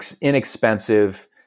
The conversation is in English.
inexpensive